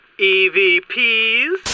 EVPs